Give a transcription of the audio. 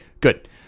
Good